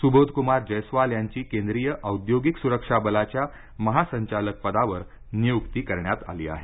सुबोधकुमार जयस्वाल यांची केंद्रीय औद्योगिक सुरक्षा बलाच्या महासंचालक पदावर नियुक्ती करण्यात आली आहे